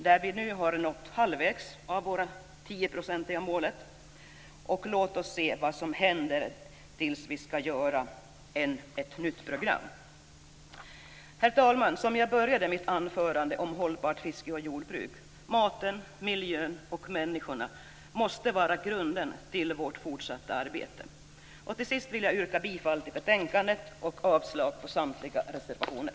Vi har nu nått halvvägs mot vårt 10-procentiga mål. Låt oss se vad som händer tills vi skall göra ett nytt program. Herr talman! Som jag började mitt anförande om hållbart fiske och jordbruk: Maten, miljön och människorna måste vara grunden för vårt fortsatta arbete. Till sist vill jag yrka bifall till utskottets hemställan och avslag på samtliga reservationer.